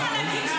לא, לא.